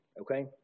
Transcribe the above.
okay